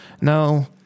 no